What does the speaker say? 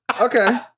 Okay